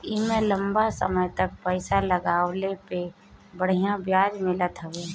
एमे लंबा समय तक पईसा लगवले पे बढ़िया ब्याज मिलत हवे